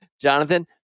Jonathan